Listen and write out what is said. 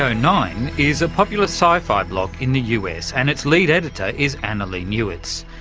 ah nine is a popular sci-fi blog in the us and its lead editor is annalee newitz.